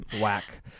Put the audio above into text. whack